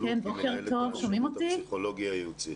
מנהלת השירות הפסיכולוגי הייעוצי.